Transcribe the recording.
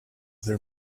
there